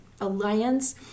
Alliance